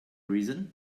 reason